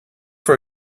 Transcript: for